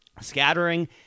Scattering